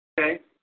okay